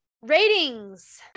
ratings